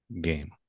game